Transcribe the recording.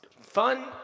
Fun